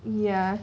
ya